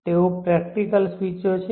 તેઓ પ્રેકટીકલ સ્વીચો છે